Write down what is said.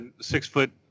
six-foot